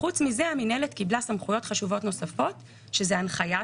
מינהלת האכיפה כיצד אתם רואים את התקופה שאתם נמצאים